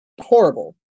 horrible